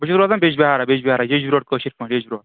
بہٕ چھُس روزان بجبِہارا بجبِہارا ییٚچھ بروٚڈ کٲشِر پٲٹھۍ ییٚچھ بروٚڈ